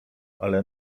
ale